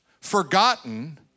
forgotten